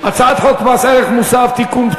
הצעת חוק מס ערך מוסף (תיקון,